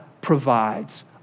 provides